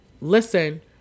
listen